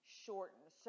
shortened